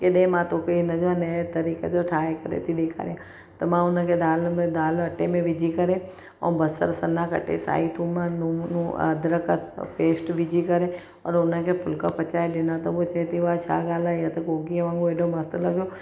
की ॾिए मां तोखे इन जा न तरीक़े जो ठाहे करे थी ॾेखारियां त मां उनखे दाल में दाल अटे में विझी करे ऐं बसरु सना कटे साई थूम लूणु लूणु अदरक पेस्ट विझी करे ऐं उनखे फुलका पचाए ॾिना त हूअ चवे थी वाहु छा ॻाल्हि आहे हेॾो कोकीअ वागुंरु हेॾो मस्तु लॻो